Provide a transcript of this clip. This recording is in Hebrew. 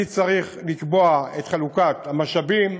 אני צריך לקבוע את חלוקת המשאבים